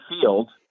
field